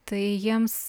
tai jiems